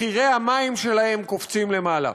מחירי המים שלהם קופצים למעלה.